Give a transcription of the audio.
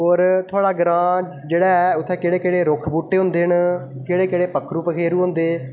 होर थुआढा ग्रांऽ जेह्ड़ा ऐ उ'त्थें केह्डे़ केह्डे़ रुक्ख बूह्टे होंदे न केह्डे़ केह्ड़े पक्खरू पखेरू होंदे